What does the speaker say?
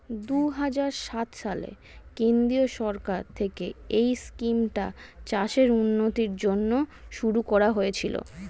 দুহাজার সাত সালে কেন্দ্রীয় সরকার থেকে এই স্কিমটা চাষের উন্নতির জন্য শুরু করা হয়েছিল